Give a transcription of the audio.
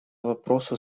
вопросу